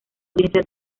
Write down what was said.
audiencia